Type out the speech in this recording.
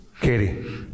Katie